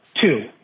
Two